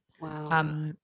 Wow